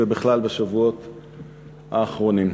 ובכלל בשבועות האחרונים.